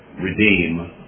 redeem